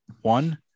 One